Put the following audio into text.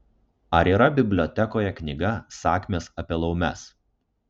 ar yra bibliotekoje knyga sakmės apie laumes